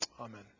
Amen